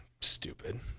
stupid